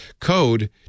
code